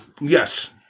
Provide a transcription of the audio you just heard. Yes